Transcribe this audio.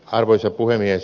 arvoisa puhemies